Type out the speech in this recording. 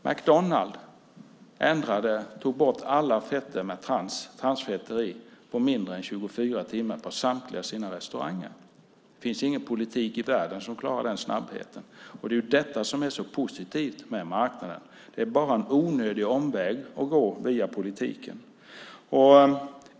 McDonalds tog bort alla varor med transfetter på mindre än 24 timmar på samtliga sina restauranger. Det finns ingen politik i världen som klarar den snabbheten. Det är det som är så positivt med marknaden. Det är bara en onödig omväg att gå via politiken.